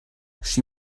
she